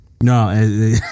No